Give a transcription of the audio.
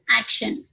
action